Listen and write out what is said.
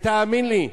האמן לי,